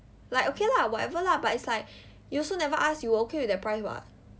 like okay lah whatever lah but it's like you also never ask you okay with that price [what]